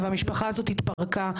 והמשפחה הזאת התפרקה.